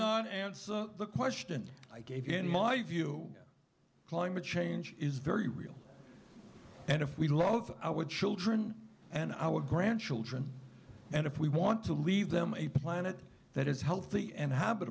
not answer the question i gave in my view climate change is very real and if we love our children and our grandchildren and if we want to leave them a planet that is healthy and habit